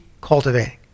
cultivating